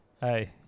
Hey